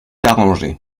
arrangé